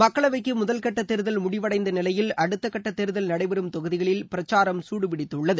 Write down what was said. மக்களவைக்கு முதல்கட்ட தேர்தல் முடிவடைந்த நிலையில் அடுத்தக்கட்ட தேர்தல் நடைபெறும் தொகுதிகளில் பிரச்சாரம் குடுபிடித்துள்ளது